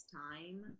time